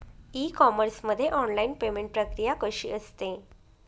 E commerce मध्ये online payment प्रक्रिया कशी असते?